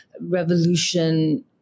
revolution